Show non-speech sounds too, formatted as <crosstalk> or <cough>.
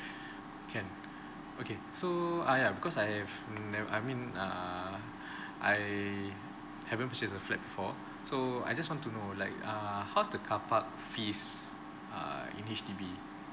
<breath> can okay so uh ya because I have ne~ I mean err I haven't purchase a flat before so I just want to know like err how's the carpark fees err in H_D_B